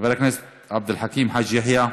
חבר הכנסת עבד אל חכים חאג' יחיא,